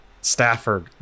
Stafford